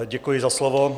Děkuji za slovo.